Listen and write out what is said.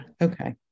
okay